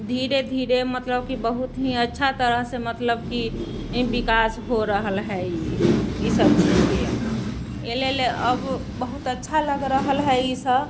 धीरे धीरे मतलब कि बहुत ही अच्छा तरहसँ मतलब कि विकास हो रहल हय ई सब चीजके लेल अब बहुत अच्छा लग रहल हय ई सब